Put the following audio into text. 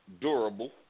Durable